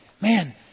man